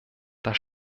das